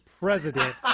president